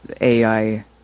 AI